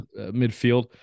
midfield